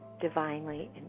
divinely